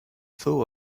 full